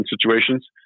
situations